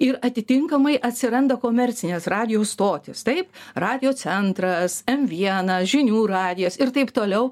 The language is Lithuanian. ir atitinkamai atsiranda komercinės radijo stotis tai radijo centras em vienas žinių radijas ir taip toliau